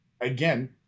again